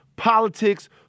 Politics